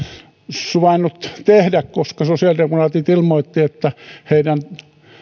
suvainnut tehdä koska sosiaalidemokraatit ilmoittivat että heidän